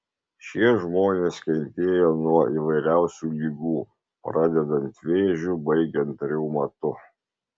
šie žmonės kentėjo nuo įvairiausių ligų pradedant vėžiu baigiant reumatu